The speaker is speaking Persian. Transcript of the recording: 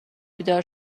بیدار